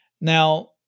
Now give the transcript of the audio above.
Now